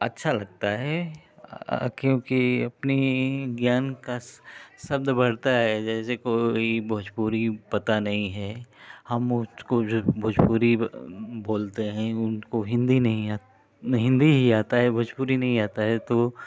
अच्छा लगता है क्योंकि अपनी ज्ञान का शब्द बढ़ता है जैसे कोई भोजपुरी पता नहीं है हम उनको तो भोजपुरी बोलते हैं लोग को हिंदी नहीं आती हिंदी ही आता है भोजपुरी नहीं आता है तो